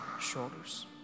shoulders